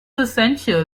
essential